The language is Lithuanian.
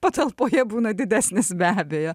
patalpoje būna didesnis be abejo